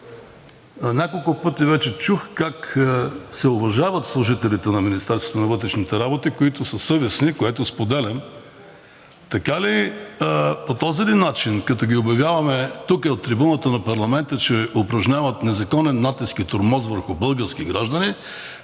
няколко пъти вече чух как се уважават служителите на Министерството на вътрешните работи, които са съвестни, което споделям, по този ли начин, като ги обявяваме тук от трибуната на парламента, че упражняват незаконен натиск и тормоз върху български граждани,